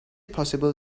possible